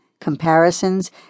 comparisons